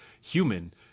human